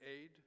aid